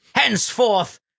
Henceforth